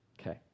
Okay